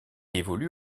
évolue